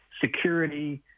security